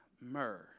myrrh